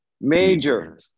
major